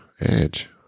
edge